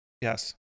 Yes